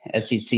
SEC